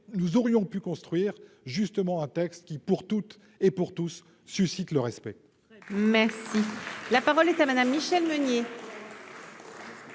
nous aurions pu construire justement un texte qui pour toutes et pour tous, suscite le respect. Mais la parole est à Madame Michèle Meunier.